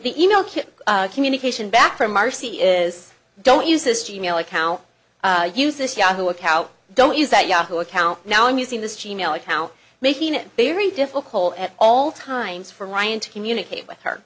the email kit communication back from marcy is don't use this g mail account use this yahoo account don't use that yahoo account now i'm using this female a cow making it very difficult at all times for ryan to communicate with her